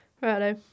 Righto